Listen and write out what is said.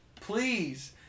Please